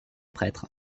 prêtres